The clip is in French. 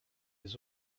les